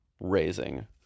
Raising